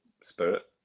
spirit